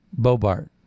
Bobart